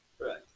Right